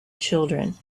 children